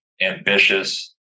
ambitious